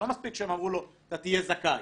לא מספיק שהם אמרו לו: אתה תהיה זכאי.